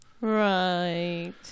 Right